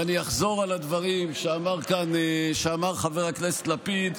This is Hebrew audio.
ואני אחזור על הדברים שאמר חבר הכנסת לפיד: